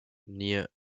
near